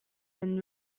and